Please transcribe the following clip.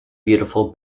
beautiful